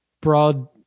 broad